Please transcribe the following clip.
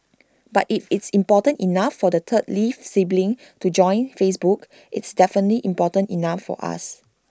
but if it's important enough for the third lee sibling to join Facebook it's definitely important enough for us